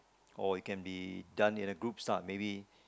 or it can be done in the group lah maybe